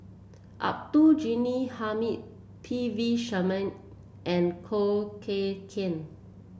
Abdul Ghani Hamid P V Sharma and Khoo Kay Hian